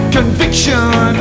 Conviction